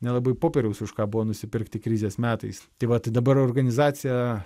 nelabai popieriaus už ką buvo nusipirkti krizės metais tai va tai dabar organizacija